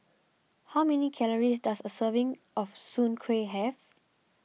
how many calories does a serving of Soon Kueh have